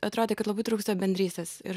atrodė kad labai trūksta bendrystės ir